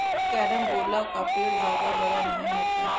carambola का पेड़ जादा बड़ा नहीं होता